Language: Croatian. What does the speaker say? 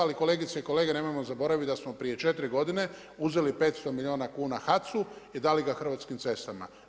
Ali kolegice i kolege nemojmo zaboraviti da smo prije 4 godine, uzeli 500 milijuna kuna HAC-u i dali ga Hrvatskim cestama.